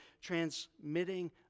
transmitting